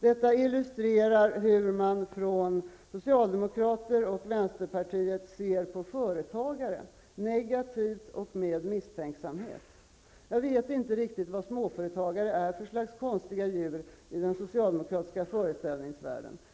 Detta illustrerar hur socialdemokrater och vänsterpartister ser på företagare -- negativt och med misstänksamhet. Jag vet inte riktigt vad småföretagare är för slags konstiga djur i den socialdemokratiska föreställningsvärlden.